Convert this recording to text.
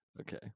Okay